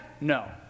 No